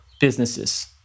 businesses